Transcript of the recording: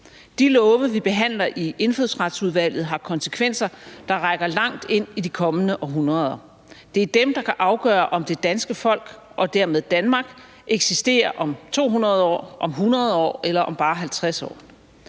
De love, vi behandler i Indfødsretsudvalget, har konsekvenser, der rækker langt ind i de kommende århundreder. Det er dem, der kan afgøre, om det danske folk og dermed Danmark eksisterer om 200 år, om 100 år eller om bare 50 år.